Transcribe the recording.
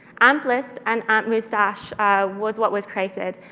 amp-list and amp-mustache was what was created.